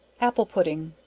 apple pudding.